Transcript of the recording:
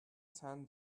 tan